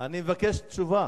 אני מבקש תשובה.